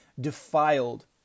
defiled